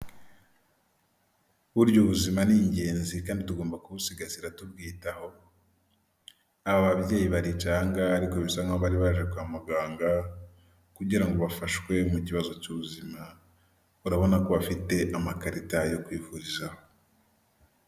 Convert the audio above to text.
Burya ubuzima ni ingenzi kandi tugomba kubusigasira tubwitaho, aba babyeyi baricaye aha ngaha ariko bisa nk'aho bari baje Kwa muganga kugira ngo ba bafashe mu kibazo cy'ubuzima urabona ko bafite amakarita yo kwivuriza.